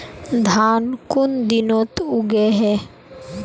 धान कुन दिनोत उगैहे